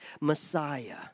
Messiah